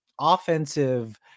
offensive